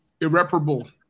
Irreparable